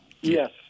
Yes